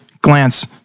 glance